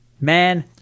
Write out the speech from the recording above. man